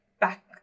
back